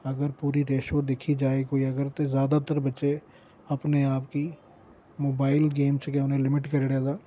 अगर पूरी रेशो दिक्खी जाए कोई अगर ते ज्यादात्तर बच्चे अपने आप गी मोबाइल गेम च गै उनें लिमिट करी ओड़े दा